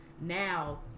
now